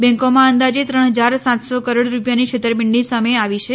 બેંકોમાં અંદાજે ત્રણ હજાર સાતસો કરોડ રૂપિયાની છેતરપિંડી સામે આવી છે